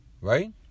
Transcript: Right